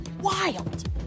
Wild